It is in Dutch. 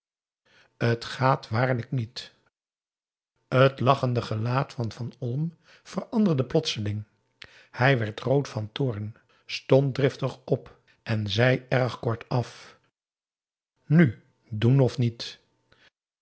het gaat waarlijk niet t lachende gelaat van van olm veranderde plotseling p a daum hoe hij raad van indië werd onder ps maurits hij werd rood van toorn stond driftig op en zei erg kortaf nu doen of niet